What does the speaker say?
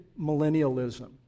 millennialism